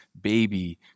baby